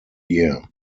year